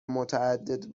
متعدد